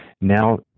now